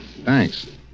Thanks